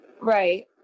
Right